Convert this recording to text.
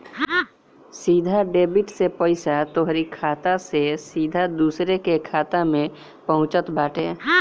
सीधा डेबिट से पईसा तोहरी खाता से सीधा दूसरा के खाता में पहुँचत बाटे